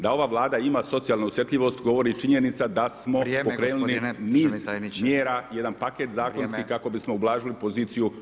Da ova Vlada ima socijalnu osjetljivost govori činjenica da smo pokrenuli niz mjera, jedan paket zakonski kako bismo ublažili poziciju